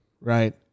Right